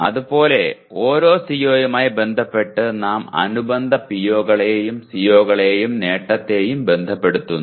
അത് പോലെ ഓരോ CO യുമായും ബന്ധപ്പെട്ട് നാം അനുബന്ധ PO കളെയും CO യുടെ നേട്ടത്തെയും ബന്ധപ്പെടുത്തുന്നു